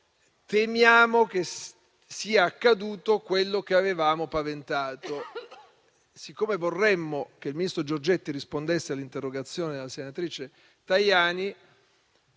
temiamo che sia accaduto quello che avevamo paventato. Vorremmo che il ministro Giorgetti rispondesse all'interrogazione della senatrice Tajani.